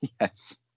yes